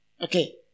Okay